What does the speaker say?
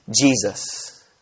Jesus